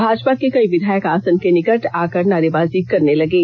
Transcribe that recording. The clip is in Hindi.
भाजपा के कई विधायक आसन के निकट आकर नारेबाजी करने लगे